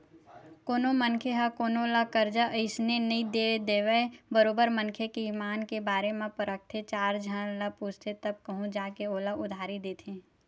कोनो मनखे ह कोनो ल करजा अइसने नइ दे देवय बरोबर मनखे के ईमान के बारे म परखथे चार झन ल पूछथे तब कहूँ जा के ओला उधारी देथे